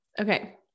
Okay